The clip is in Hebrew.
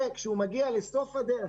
ורק כשהוא מגיע לסוף הדרך,